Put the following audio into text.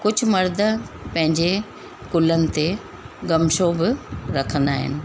कुझु मर्द पंहिंजे कुलनि ते गमछो बि रखंदा आहिनि